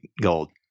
gold